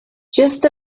just